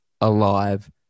alive